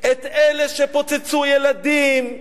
את אלה שפוצצו ילדים,